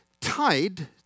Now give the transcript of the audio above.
tied